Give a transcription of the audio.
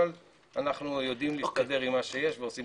אבל אנחנו יודעים להסתדר עם מה שיש ועושים את